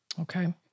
Okay